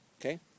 Okay